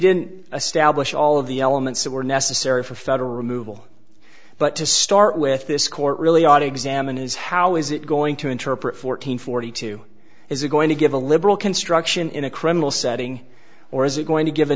didn't establish all of the elements that were necessary for federal removal but to start with this court really ought examine is how is it going to interpret fourteen forty two is it going to give a liberal construction in a criminal setting or is it going to give a